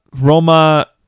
Roma